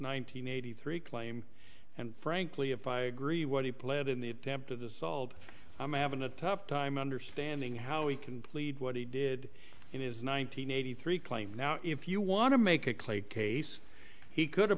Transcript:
hundred eighty three claim and frankly if i agree what he played in the attempted assault i'm having a tough time understanding how he can plead what he did in his nine hundred eighty three claim now if you want to make a clay case he could have